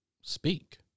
speak